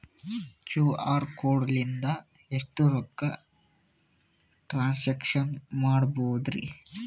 QR code ಲಿಂದ ಎಷ್ಟ ರೊಕ್ಕ ಟ್ರಾನ್ಸ್ಯಾಕ್ಷನ ಮಾಡ್ಬೋದ್ರಿ?